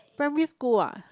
primary school ah